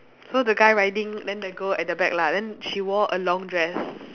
so the guy riding then the girl at the back lah then she wore a long dress